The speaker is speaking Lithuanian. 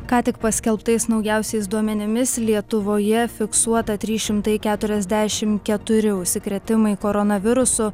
ką tik paskelbtais naujausiais duomenimis lietuvoje fiksuota trys šimtai keturiasdešimt keturi užsikrėtimai koronavirusu